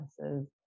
services